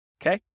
okay